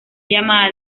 llamada